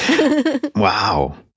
Wow